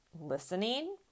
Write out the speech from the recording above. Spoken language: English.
listening